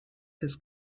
his